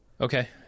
Okay